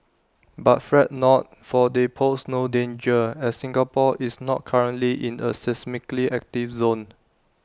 but fret not for they pose no danger as Singapore is not currently in A seismically active zone